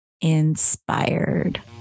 inspired